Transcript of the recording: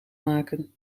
maken